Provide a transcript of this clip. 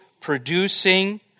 producing